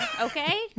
okay